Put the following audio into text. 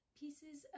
pieces